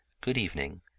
good-evening